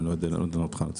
אני לא יודע לענות לך על זה.